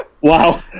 wow